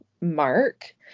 mark